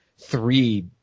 three